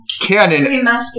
canon